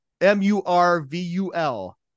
M-U-R-V-U-L